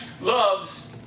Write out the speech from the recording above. loves